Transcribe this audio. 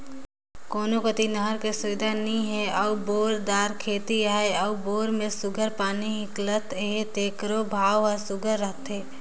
कोनो कती नहर कर सुबिधा नी हे अउ बोर दार खेत अहे अउ बोर में सुग्घर पानी हिंकलत अहे तेकरो भाव हर सुघर रहथे